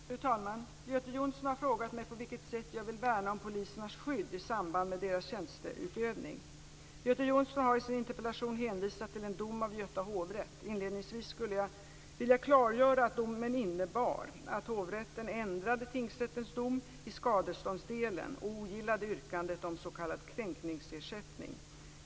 Fru talman! Göte Jonsson har frågat mig på vilket sätt jag vill värna om polisernas skydd i samband med deras tjänsteutövning. Göte Jonsson har i sin interpellation hänvisat till en dom av Göta hovrätt. Inledningsvis skulle jag vilja klargöra att domen innebar att hovrätten ändrade tingsrättens dom i skadeståndsdelen och ogillade yrkandet om s.k. kränkningsersättning.